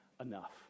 enough